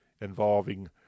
involving